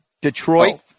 Detroit